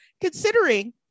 considering